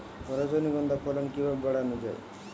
রজনীগন্ধা ফলন কিভাবে বাড়ানো যায়?